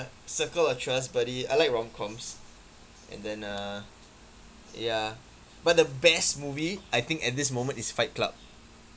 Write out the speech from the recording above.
circle of trust buddy I like rom coms and then uh ya but the best movie I think at this moment is fight club